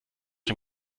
dem